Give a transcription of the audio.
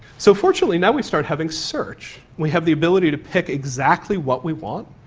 so fortunately now we start having search, we have the ability to pick exactly what we want,